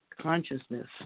consciousness